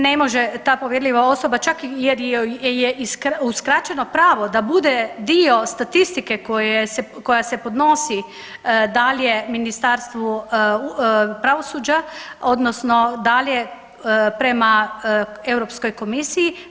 Nikako ne može ta povjerljiva osoba čak jer joj je uskraćeno pravo da bude dio statistike koja se podnosi dalje Ministarstvu pravosuđa, odnosno dalje prema Europskoj komisiji.